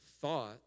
thought